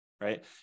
right